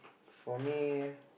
for me